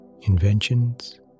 inventions